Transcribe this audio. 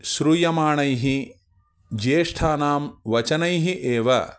श्रूयमाणैः ज्येष्ठानां वचनैः एव